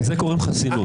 לזה קוראים חסינות.